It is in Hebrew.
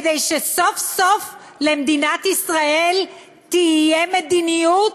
כדי שסוף-סוף למדינת ישראל תהיה מדיניות,